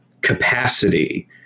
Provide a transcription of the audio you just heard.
capacity